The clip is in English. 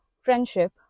friendship